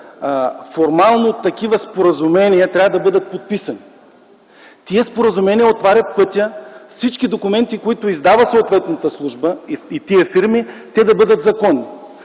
формално такива споразумения трябва да бъдат подписани. Тези споразумения отварят пътя всички документи, които издава съответната служба и тези фирми, да бъдат законни.